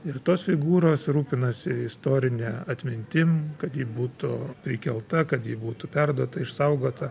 ir tos figūros rūpinasi istorine atmintim kad ji būtų prikelta kad ji būtų perduota išsaugota